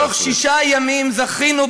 תוך שישה ימים זכינו,